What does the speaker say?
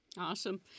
Awesome